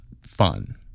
fun